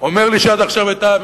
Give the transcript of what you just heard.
זה אומר לי שעד עכשיו היתה,